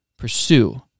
Pursue